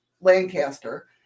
Lancaster